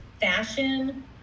fashion